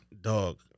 dog